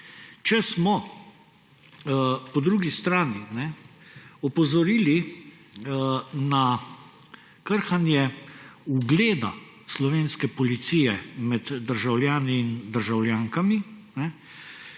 Če smo po drugi strani opozorili na krhanje ugleda slovenske policije med državljani in državljankami,